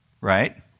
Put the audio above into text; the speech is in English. right